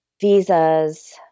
visas